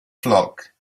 flock